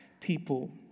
people